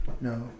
no